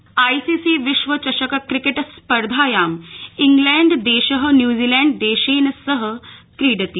cricket ICC विश्व चषक cricket स्पर्धायां इंग्लैण्ड देश न्यूजीलैण्डदेशेन सह क्रीडति